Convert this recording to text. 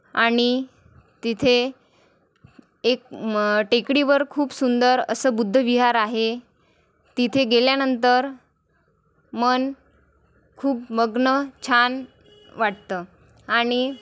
आणि तिथे एक टेकडीवर खूप सुंदर असं बुद्ध विहार आहे तिथे गेल्यानंतर मन खूप मग्न छान वाटतं आणि